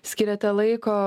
skiriate laiko